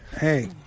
Hey